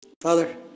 Father